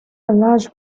large